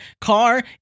car